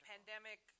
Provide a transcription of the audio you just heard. Pandemic